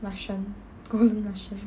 russian go learn russian